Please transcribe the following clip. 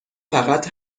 فقط